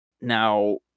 Now